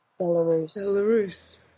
Belarus